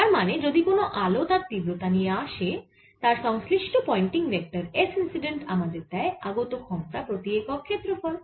তার মানে যদি কোন আলো তার তীব্রতা নিয়ে আসে তার সংশ্লিষ্ট পয়েন্টিং ভেক্টর S ইন্সিডেন্ট আমাদের দেয় আগত ক্ষমতা প্রতি একক ক্ষেত্রফল